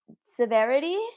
severity